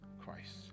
Christ